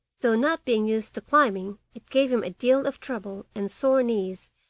though, not being used to climbing, it gave him a deal of trouble and sore knees,